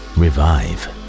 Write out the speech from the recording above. revive